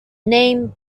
name